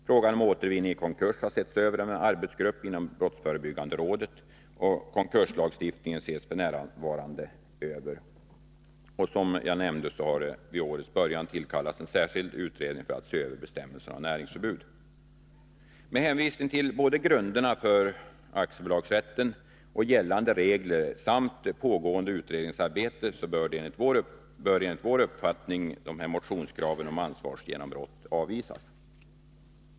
Frågan om återvinning i konkurs har setts över av en arbetsgrupp inom brottsförebyggande rådet. Konkurslagstiftningen ses f. n. över. Och som jag nämnde har i början av detta år en utredning tillkallats för att se över bestämmelserna om näringsförbud. Med hänvisning till grunderna för både aktiebolagsrätten och gällande regler samt till pågående utredningsarbete bör enligt vår uppfattning motionskraven om ansvarsgenombrott avvisas.